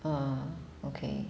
uh okay